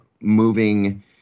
moving